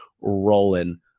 rolling